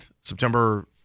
September